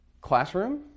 classroom